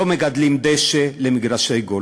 לא מגדלים דשא למגרשי גולף.